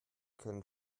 können